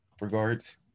Regards